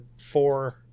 four